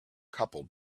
couple